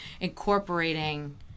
incorporating